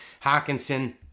Hawkinson